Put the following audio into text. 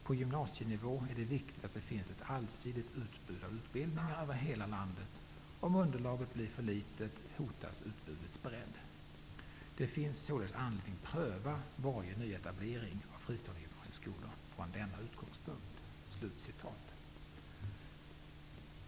På gymnasienivå är det viktigt att det finns ett allsidigt utbud av utbildningar över hela landet. Om underlaget blir för litet hotas utbudets bredd, Det finns således anledning pröva varje nyetablering av fristående gymnasieskolor från denna utgångspunkt.''